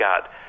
God